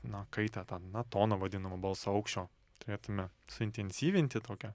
na kaitą tą na toną vadinamą balso aukščio turėtume suintensyvinti tokią